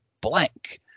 blank